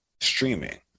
streaming